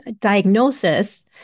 diagnosis